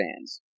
fans